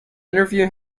interview